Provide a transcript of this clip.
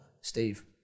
Steve